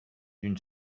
d’une